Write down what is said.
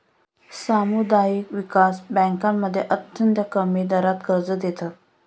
सामुदायिक विकास बँकांमध्ये अत्यंत कमी दरात कर्ज देतात